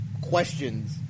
questions